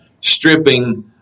stripping